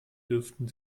dürften